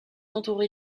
entouré